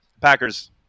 Packers